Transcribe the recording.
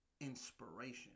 inspiration